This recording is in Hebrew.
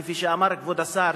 כפי שאמר כבוד השר,